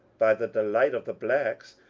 by the delight of the blacks,